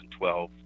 2012